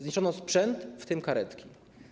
Zniszczono sprzęt, w tym karetki.